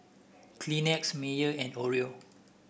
Kleenex Mayer and Oreo